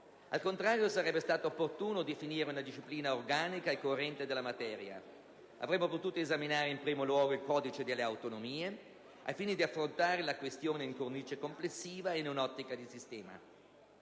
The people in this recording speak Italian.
Al contrario, sarebbe stato opportuno definire una disciplina organica e corrente della materia. Avremmo potuto esaminare in primo luogo il codice delle autonomie, al fine di affrontare la questione in una cornice complessiva e in un'ottica di sistema.